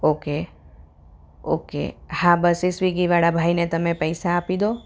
okay okay હા બસ એ સ્વીગીવાળા ભાઈને તમે પૈસા આપી દો